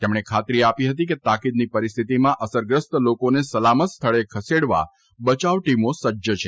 તેમણે ખાતરી આપી હતી કે તાકીદની પરિસ્થીતીમાં અસરગ્રસ્ત લોકોને સલામત સ્થળે ખસેડવા બયાવ ટીમો સજ્જ છે